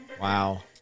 Wow